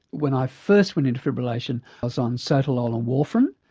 when i first went into fibrillation i was on sotalol and warfarin,